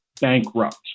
bankrupt